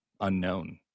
unknown